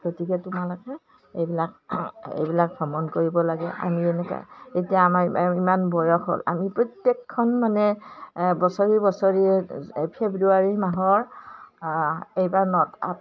গতিকে তোমালোকে এইবিলাক এইবিলাক ভ্ৰমণ কৰিব লাগে আমি এনেকৈ এতিয়া আমাৰ ইমান বয়স হ'ল আমি প্ৰত্যেকখন মানে বছৰী বছৰী ফেব্ৰুৱাৰী মাহৰ এইবাৰ ন আঠ